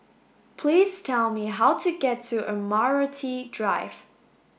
please tell me how to get to Admiralty Drive